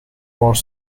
more